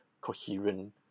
coherent